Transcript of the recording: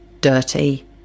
dirty